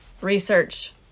research